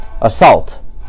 assault